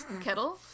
kettle